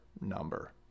number